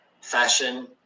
fashion